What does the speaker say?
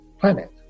planet